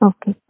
Okay